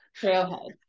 trailhead